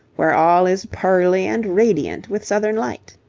where all is pearly and radiant with southern light.